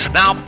Now